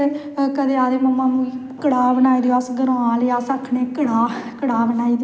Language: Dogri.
ओह्दै बाद च साढ़ै ध्यार आंदा ऐ बच्छ दुआह् बच्छ दुआह् गी साढ़ै